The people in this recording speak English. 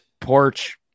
Porch